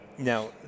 Now